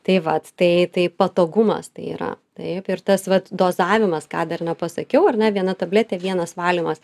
tai vat tai tai patogumas tai yra taip ir tas vat dozavimas ką dar nepasakiau ar ne viena tabletė vienas valymas